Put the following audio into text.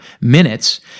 minutes